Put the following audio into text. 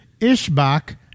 Ishbak